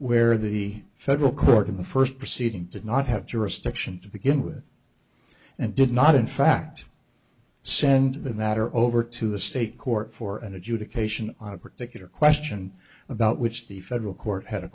where the federal court in the first proceeding to not have jurisdiction to begin with and did not in fact send the matter over to the state court for an adjudication on a particular question about which the federal court had a